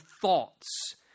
thoughts